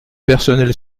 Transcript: personnel